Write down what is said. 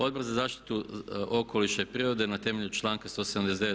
Odbor za zaštitu okoliša i prirode na temelju članka 179.